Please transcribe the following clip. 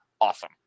awesome